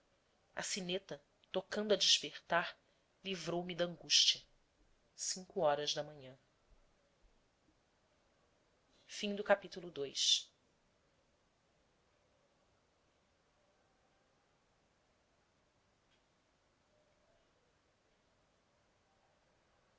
a sineta tocando a despertar livrou-me da angústia cinco horas da manhã se